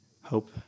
hope